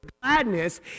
gladness